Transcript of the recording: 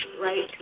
right